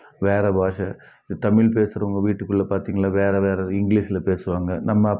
வேறு பாஷை தமிழ் பேசுகிறவுங்க வீட்டுக்குள்ளே பார்த்தீங்கனா வேறு வேறு இங்கிலிஷில் பேசுவாங்க நம்ம